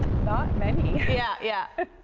not many! yeah yeah.